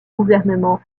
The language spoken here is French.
gouvernement